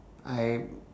I